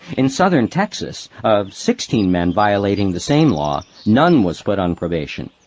in southern texas, of sixteen men violating the same law, none was put on probation,